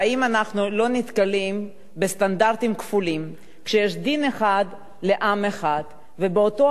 והאם אנחנו לא נתקלים בסטנדרטים כפולים כשיש דין אחד לחלק אחד,